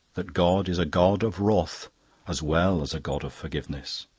that god is a god of wrath as well as a god of forgiveness.